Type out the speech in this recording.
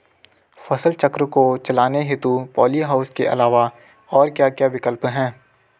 फसल चक्र को चलाने हेतु पॉली हाउस के अलावा और क्या क्या विकल्प हैं?